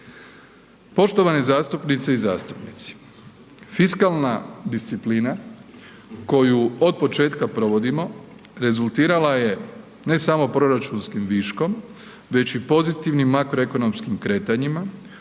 Poštovane zastupnice i zastupnici, fiskalna disciplina koju od početka provodimo rezultirala je ne samo proračunskim viškom, već i pozitivnim makroekonomskim kretanjima